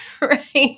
right